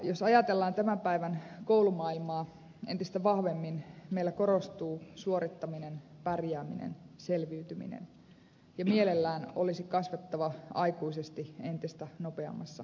jos ajatellaan tämän päivän koulumaailmaa entistä vahvemmin meillä korostuu suorittaminen pärjääminen selviytyminen ja mielellään olisi kasvettava aikuiseksi entistä nopeammassa tahdissa